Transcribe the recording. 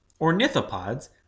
Ornithopods